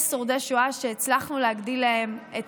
יש שורדי שואה שהצלחנו להגדיל להם את